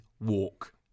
walk